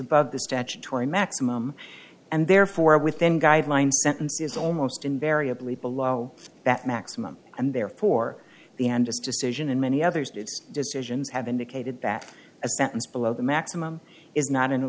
above the statutory maximum and therefore within guidelines sentence is almost invariably below that maximum and therefore the end this decision and many others did decisions have indicated that a sentence below the maximum is not in a